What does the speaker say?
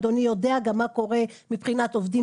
אדוני יודע גם מה קורה מבחינת עובדים